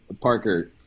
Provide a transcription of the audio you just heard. Parker